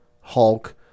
Hulk